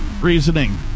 reasoning